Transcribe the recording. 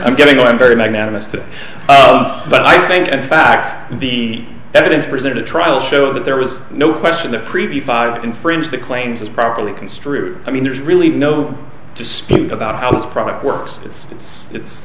i'm getting one very magnanimous today but i think in fact the evidence presented at trial showed that there was no question the previous five infringed the claims is properly construed i mean there's really no dispute about how this product works it's it's it's